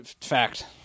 Fact